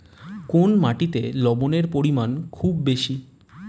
কোন মাটিতে লবণের পরিমাণ খুব বেশি?